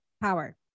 power